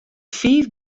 fiif